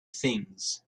things